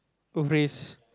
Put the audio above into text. risk